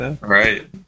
Right